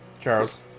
Charles